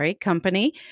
company